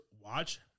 watch